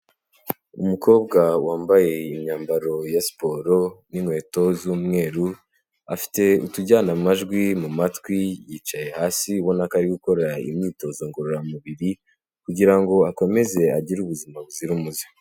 Umukobwa wambaye imyambaro ya siporo n'inkweto z'umweru, afite utujyanamajwi mu matwi yicaye hasi, ubona ko ari gukora imyitozo ngororamubiri kugira ngo akomeze agire ubuzima buzira umuze.